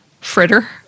Fritter